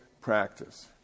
practice